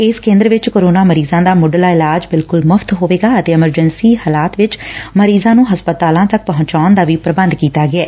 ਇਸ ਕੇਦਰ ਵਿਚ ਕੋਰੋਨਾ ਮਰੀਜ਼ਾ ਦਾ ਮੁੱਢਲਾ ਇਲਾਜ਼ ਬਿਲਕੁਲ ਮੁਫ਼ਤ ਹੋਵੇਗਾ ਤੇ ਐਮਰਜੈਸੀ ਹਲਾਤ ਵਿਚ ਮਰੀਜ਼ਾਂ ਨੂੰ ਹਸਪਤਾਲਾਂ ਤੱਕ ਪਹੁੰਚਾਉਣ ਦਾ ਵੀ ਪੁਬੰਧ ਕੀਤਾ ਗਿਐ